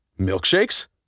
Milkshakes